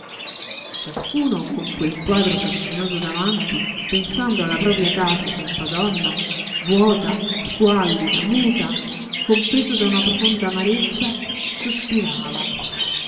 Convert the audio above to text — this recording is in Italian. ciascuno con quel quadro fascinoso davanti pensando alla propria casa senza donna vuota squallida muta compreso da una profonda amarezza sospirava